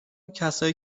کسایی